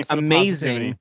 amazing